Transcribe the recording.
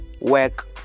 work